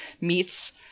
meets